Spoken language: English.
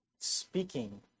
Speaking